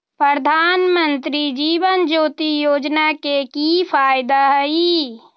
प्रधानमंत्री जीवन ज्योति योजना के की फायदा हई?